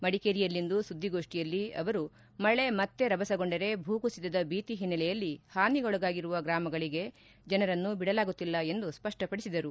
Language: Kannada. ಮಡಿಕೇರಿಯಲ್ಲಿಂದು ಸುದ್ದಿಗೋಷ್ಠಿಯಲ್ಲಿ ಅವರು ಮಳೆ ಮತ್ತೆ ರಭಸಗೊಂಡರೆ ಭೂಕುಸಿತದ ಭೀತಿ ಹಿನ್ನಲೆಯಲ್ಲಿ ಹಾನಿಗೊಳಗಾಗಿರುವ ಗ್ರಾಮಗಳಗೆ ಜನರನ್ನು ಬಿಡಲಾಗುತ್ತಿಲ್ಲ ಎಂದು ಸ್ಪಷ್ಪಪಡಿಸಿದರು